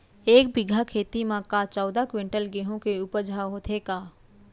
एक बीघा खेत म का चौदह क्विंटल गेहूँ के उपज ह होथे का?